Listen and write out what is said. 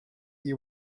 you